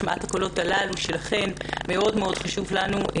השמעת הקולות שלכן מאוד חשובה לנו.